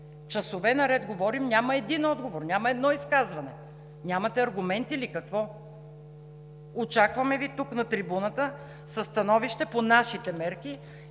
Часове наред говорим – няма нито един отговор, няма едно изказване. Нямате аргументи ли, какво? Очакваме Ви тук на трибуната със становище по нашите мерки